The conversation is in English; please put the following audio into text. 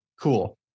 Cool